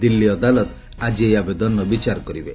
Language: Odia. ଦିଲ୍ଲୀ ଅଦାଲତ ଆଜି ଏହି ଆବେଦନର ବିଚାର କରିବେ